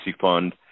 fund